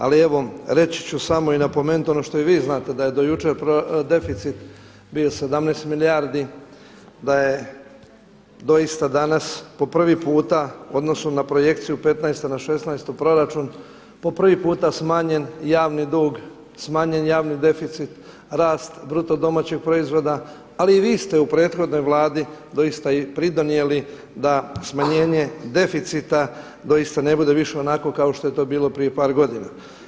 Ali reći ću samo i napomenuti ono što i vi znate, da je do jučer deficit bio 17 milijardi, da je doista danas po prvi puta u odnosu na projekciju 2015. na 2016. proračun po prvi puta smanjen javni dug, smanjen javni deficit, rast BDP-a, ali i vi ste u prethodnoj vladi doista pridonijeli da smanjenje deficita doista ne bude više onako kao što je to bilo prije par godina.